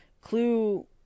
clue